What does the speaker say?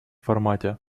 формате